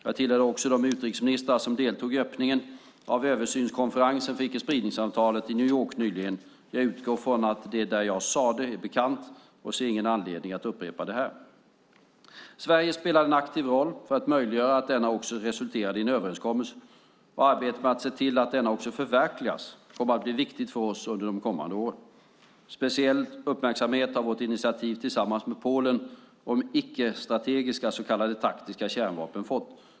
Jag tillhörde också de utrikesministrar som deltog i öppnandet av översynskonferensen för icke-spridningsavtalet i New York nyligen. Jag utgår från att det jag där sade är bekant och ser ingen anledning att upprepa det här. Sverige spelade en aktiv roll för att möjliggöra att denna också resulterade i en överenskommelse, och arbetet med att se till att denna också förverkligas kommer att bli viktigt för oss under de kommande åren. Speciell uppmärksamhet har vårt initiativ tillsammans med Polen om icke-strategiska så kallade taktiska kärnvapen fått.